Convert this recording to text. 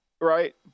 Right